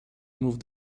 moved